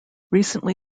recently